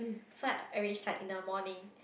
so I arrange like in the morning